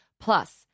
Plus